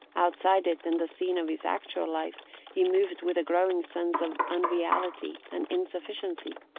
outside it, in the scene of his actual life, he moved with a growing sense of unreality and insufficiency,